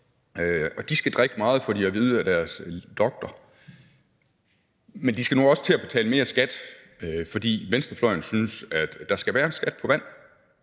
De skal drikke meget, får de at vide af deres doktor. Men de skal nu også til at betale mere i skat, fordi venstrefløjen synes, at der skal være en skat på vand.